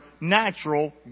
Natural